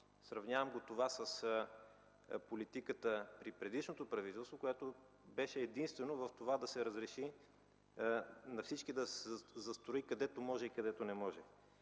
Сравнявам го това с политиката при предишното правителство, която беше единствено в това да се разреши на всички и да се застрои, където може и където не може.